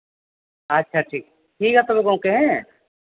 ᱟᱪᱪᱷᱟ ᱴᱷᱤᱠ ᱴᱷᱤᱠ ᱜᱮᱭᱟ ᱛᱚᱵᱮ